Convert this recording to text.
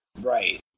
Right